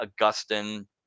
Augustine